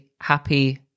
happy